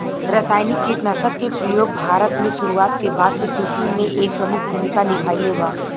रासायनिक कीटनाशक के प्रयोग भारत में शुरुआत के बाद से कृषि में एक प्रमुख भूमिका निभाइले बा